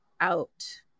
out